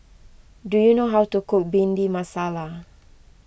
do you know how to cook Bhindi Masala